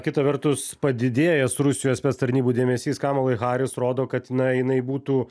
kita vertus padidėjęs rusijos spec tarnybų dėmesys kamalai haris rodo kad na jinai būtų